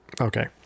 Okay